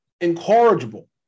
incorrigible